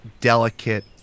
delicate